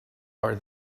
are